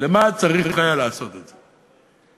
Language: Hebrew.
למה צריך היה לעשות את זה?